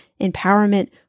empowerment